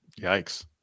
Yikes